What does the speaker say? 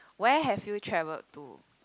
where have you travel to